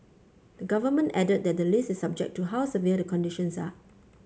the government added that the list is subject to how severe the conditions are